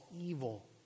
evil